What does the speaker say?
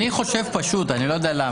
אני חושב פשוט, אני לא יודע למה.